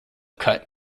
cut